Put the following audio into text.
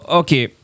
okay